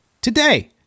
today